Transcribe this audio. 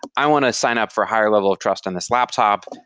i want to sign up for higher level of trust on this laptop,